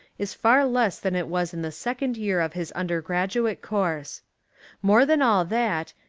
is far less than it was in the second year of his under graduate course more than all that,